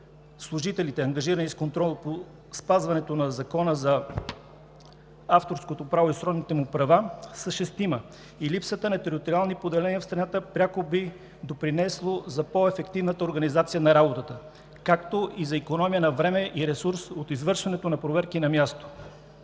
служителите, ангажирани с контрол по спазването на Закона за авторското право и сродните му права са шестима, и липсата на териториални поделения в страната пряко би допринесло за по-ефективната организация на работата, както и за икономия на време и ресурс от извършването на проверки на място.